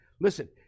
Listen